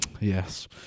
yes